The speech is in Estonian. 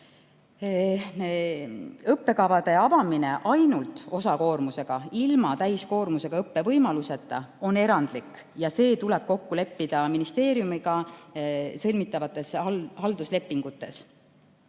Õppekavade avamine ainult osakoormusega, ilma täiskoormusega õppe võimaluseta, on erandlik ja see tuleb kokku leppida ministeeriumiga sõlmitavates halduslepingutes.